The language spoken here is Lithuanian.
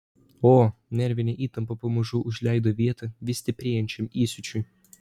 o nervinė įtampa pamažu užleido vietą vis stiprėjančiam įsiūčiui